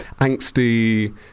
angsty